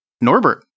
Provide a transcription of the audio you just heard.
Norbert